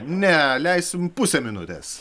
ne leisim pusę minutės